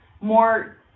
more